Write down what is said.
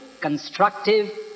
constructive